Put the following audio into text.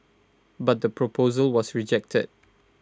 but the proposal was rejected